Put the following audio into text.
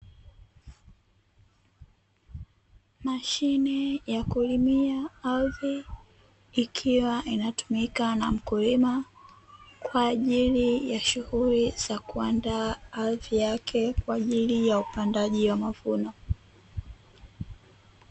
Mashine ya kulimia ardhi ikiwa inatumika na mkulima kwa ajili ya shughuli za kuandaa ardhi yake kwa ajili ya upandaji wa mavuno.